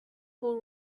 who